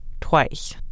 Twice